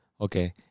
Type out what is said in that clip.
Okay